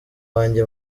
wanjye